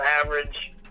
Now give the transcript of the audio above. average